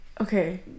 Okay